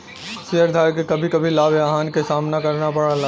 शेयरधारक के कभी कभी लाभ या हानि क सामना करना पड़ला